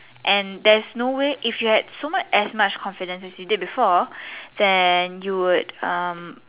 and there is no way if you had so much as much confident as you did before then you would um